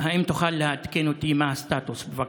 האם תוכל לעדכן אותי מה הסטטוס, בבקשה?